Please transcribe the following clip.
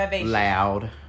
loud